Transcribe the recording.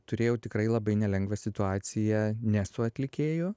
turėjau tikrai labai nelengvą situaciją ne su atlikėju